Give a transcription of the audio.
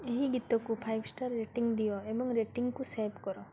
ଏହି ଗୀତକୁ five star rating ଦିଅ ଏବଂ ରେଟିଂକୁ ସେଭ୍ କର